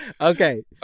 Okay